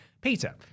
Peter